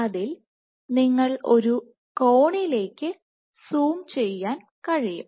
അതിൽ നിങ്ങൾക്ക് ഒരു കോണിലേക്ക് സൂം ചെയ്യാൻ കഴിയും